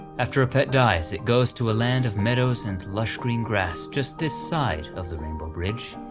after a pet dies it goes to a land of meadows and lush green grass just this side of the rainbow bridge.